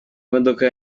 imodoka